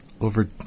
over